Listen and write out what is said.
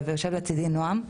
יושב לצידי נועם,